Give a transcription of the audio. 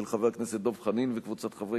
פ/1894/18, של חבר הכנסת דב חנין וקבוצת חברי